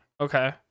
okay